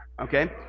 Okay